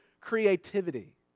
creativity